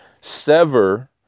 sever